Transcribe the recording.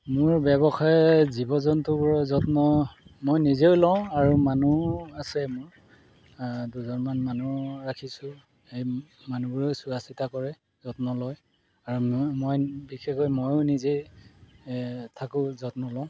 মোৰ ব্যৱসায় জীৱ জন্তুবোৰৰ যত্ন মই নিজেও লওঁ আৰু মানুহো আছে মোৰ দুজনমান মানুহ ৰাখিছোঁ সেই মানুহবোৰেও চোৱাচিতা কৰে যত্ন লয় আৰু মই বিশেষকৈ ময়ো নিজেই থাকোঁ যত্ন লওঁ